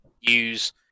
use